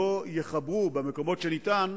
לא יחברו, במקומות שאפשר,